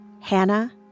Hannah